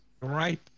Right